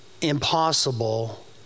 impossible